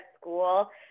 school